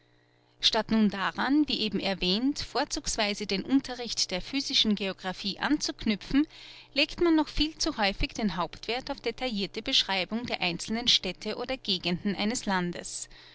statt nun daran wie eben erwähnt vorzugsweise den unterricht der physischen geographie anzuknüpfen legt man noch viel zu häufig den hauptwerth auf detaillirte beschreibungen der einzelnen städte oder gegenden eines landes